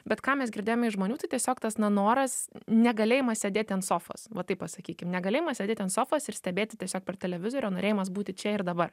bet ką mes girdėjome iš žmonių tiesiog tas nenoras negalėjimas sėdėti ant sofos va taip pasakykim negalėjimas sėdėti ant sofos ir stebėti tiesiog per televizorių o norėjimas būti čia ir dabar